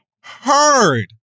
heard